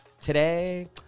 Today